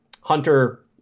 Hunter